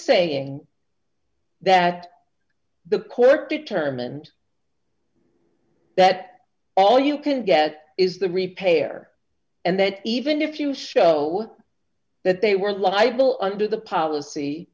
saying that the court determined that all you can get is the repay air and that even if you show that they were libel under the policy